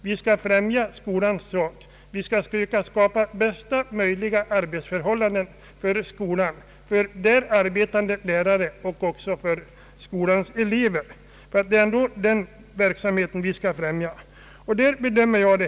Vi skall främja skolans sak. Vi skall söka skapa bästa möjliga arbetsförhållanden i skolan, för där arbetande lärare och för eleverna.